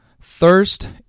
Thirst